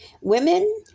Women